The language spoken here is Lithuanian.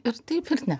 ir taip ir ne